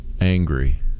angry